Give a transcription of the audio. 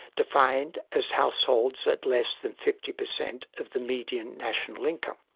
defined as households at less than fifty per cent of the median national income.